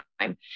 time